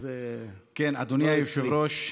זה לא, אדוני היושב-ראש,